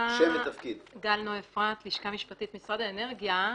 אפרת גל נוי, מהלשכה המשפטית במשרד האנרגיה.